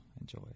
enjoy